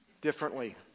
differently